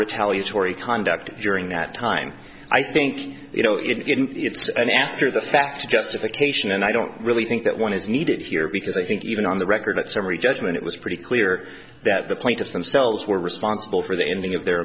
retaliate torrie conduct during that time i think you know if it's an aster the fact justification and i don't really think that one is needed here because i think even on the record that summary judgment it was pretty clear that the plaintiffs themselves were responsible for the ending of their